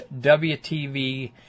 wtv